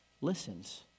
listens